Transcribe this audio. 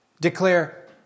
Declare